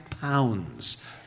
pounds